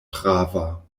prava